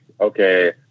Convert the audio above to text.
Okay